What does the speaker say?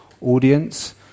audience